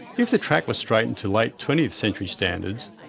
if the track was straightened to late twentieth century standards,